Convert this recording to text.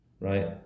right